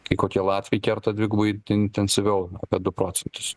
kai kokie latviai kerta dvigubai intensyviau apie du procentus